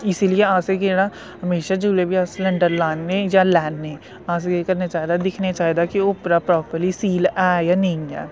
इसलिए अस के ना हमेशा जेल्लै बी अस सिलंडर लान्ने जां लैन्ने अस केह् करना चाहिदा दिक्खना चाहिदा कि ओह् उप्परा पापर्ली सील ऐ जां नेई ऐ